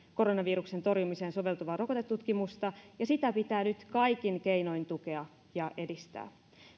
koronaviruksen torjumiseen soveltuvaa rokotetutkimusta ja sitä pitää nyt kaikin keinoin tukea ja edistää